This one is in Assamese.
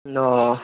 অঁ